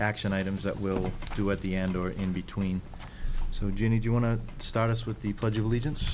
action items that will do at the end or in between so jean if you want to start us with the pledge of allegiance